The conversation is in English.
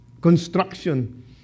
construction